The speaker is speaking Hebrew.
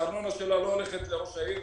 הארנונה שלה לא הולכת לראש העיר,